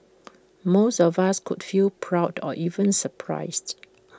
most of us could feel proud or even surprised